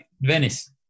venice